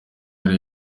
ari